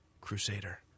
crusader